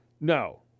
No